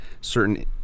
certain